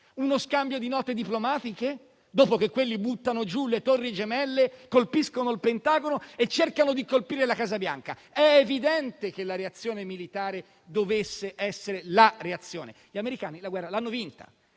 uno scambio di note diplomatiche, dopo che quelli avevano buttato giù le torri gemelle, colpito il Pentagono e cercato di colpire la Casa bianca? È evidente che la reazione militare dovesse essere la reazione. Gli americani la guerra l'hanno vinta